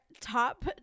top